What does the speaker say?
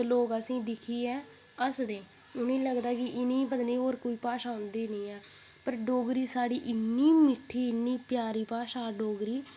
तां लोक असें ई दिक्खियै हस्सदे उ'नें गी लगदा कि इ'नें पता निं कोई होर भाशा औंदी नेईं ऐ पर डोगरी साढी इन्नी मिठ्ठी इन्नी प्यारी भाशा डोगरी